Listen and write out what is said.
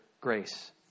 grace